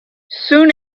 soon